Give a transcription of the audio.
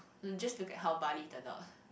to just look at how Bali turn out ah